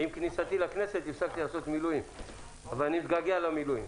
עם כניסתי לכנסת הפסקתי לעשות מילואים אבל אני מתגעגע למילואים,